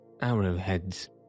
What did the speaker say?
Arrowheads